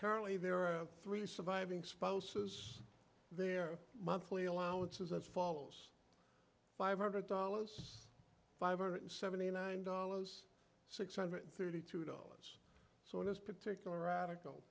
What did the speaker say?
currently there are three surviving spouses their monthly allowance is as follows five hundred dollars five hundred seventy nine dollars six hundred thirty two dollars so in this particular radical